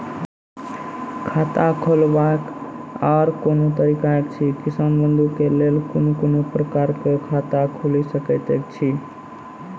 खाता खोलवाक आर कूनू तरीका ऐछि, किसान बंधु के लेल कून कून प्रकारक खाता खूलि सकैत ऐछि?